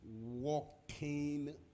walking